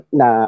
na